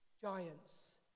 giants